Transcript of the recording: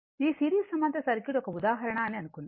ఈ సిరీస్ సమాంతర సర్క్యూట్ ఒక ఉదాహరణ అని అనుకుందాం